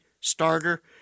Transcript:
starter